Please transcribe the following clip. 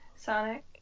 Sonic